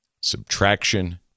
Subtraction